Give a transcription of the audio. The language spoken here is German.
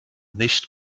nicht